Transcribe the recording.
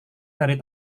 dari